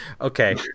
Okay